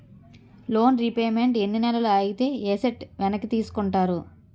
Loan repayment ఎన్ని నెలలు ఆగితే ఎసట్ వెనక్కి తీసుకుంటారు?